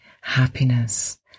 happiness